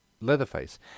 Leatherface